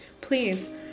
Please